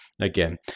again